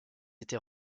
été